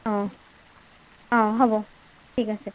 অ অ হ'ব ঠিক আছে